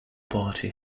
party